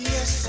Yes